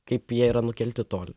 kaip jie yra nukelti toli